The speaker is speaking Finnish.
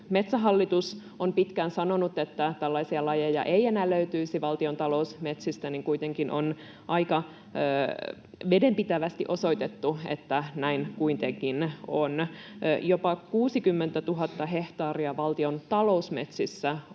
Metsähallitus on pitkään sanonut, että tällaisia lajeja ei enää löytyisi valtion talousmetsistä, niin kuitenkin on aika vedenpitävästi osoitettu, että näin kuitenkin on. Jopa 60 000 hehtaaria valtion talousmetsissä on